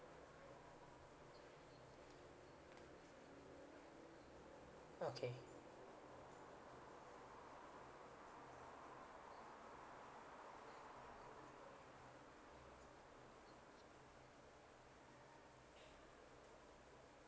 okay